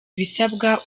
ibisabwa